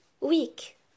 week